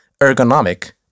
ergonomic